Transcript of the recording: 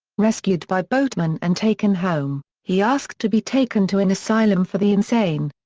rescued by boatmen and taken home, he asked to be taken to an asylum for the insane.